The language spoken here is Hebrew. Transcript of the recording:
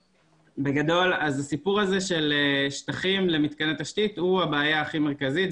בגדול אז הסיפור הזה של שטחים למתקן התשתית הוא הבעיה הכי מרכזית.